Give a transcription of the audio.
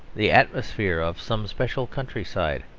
the atmosphere of some special countryside.